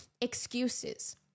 excuses